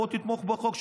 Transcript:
בוא תתמוך בחוק,